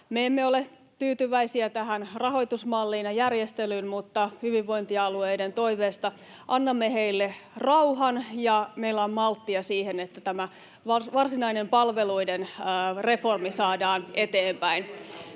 emme ole tyytyväisiä tähän rahoitusmalliin ja järjestelyyn, mutta hyvinvointialueiden toiveesta annamme heille rauhan ja meillä on malttia siihen, [Annika Saarikko: Leikkaatte! — Ben